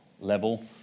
level